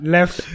Left